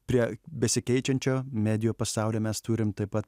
prie besikeičiančio medijų pasaulio mes turim taip pat